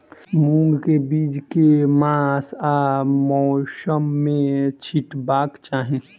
मूंग केँ बीज केँ मास आ मौसम मे छिटबाक चाहि?